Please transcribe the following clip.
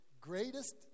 greatest